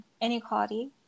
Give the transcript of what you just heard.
inequality